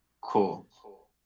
Cool